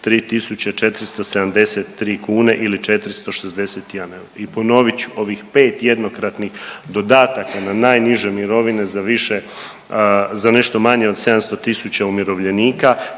3473 kune ili 461 eura i ponovit ću, ovih 5 jednokratnih dodataka na najniže mirovine za više, za nešto manje od 700 tisuća umirovljenika,